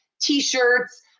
T-shirts